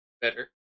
better